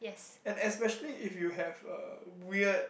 and especially if you have uh weird